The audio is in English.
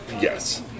Yes